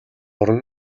орон